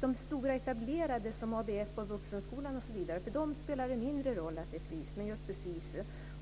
För de stora och etablerade, t.ex. ABF och Vuxenskolan, spelar frysningen mindre roll, men den drabbar just SISU.